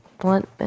Blunt